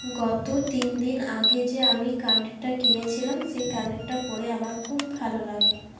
গত তিন দিন আগে যে আমি কানেরটা কিনেছিলাম সেই কানেরটা পরে আমার খুব ভালো লাগে